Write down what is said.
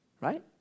Right